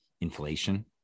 inflation